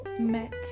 met